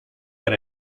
per